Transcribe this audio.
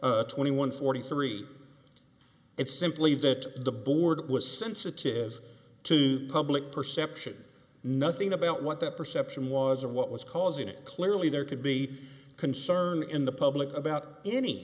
o twenty one forty three it's simply that the board was sensitive to public perception nothing about what the perception was or what was causing it clearly there could be concern in the public about any